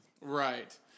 right